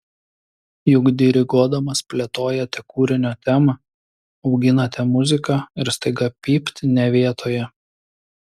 juk diriguodamas plėtojate kūrinio temą auginate muziką ir staiga pypt ne vietoje